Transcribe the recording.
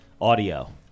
audio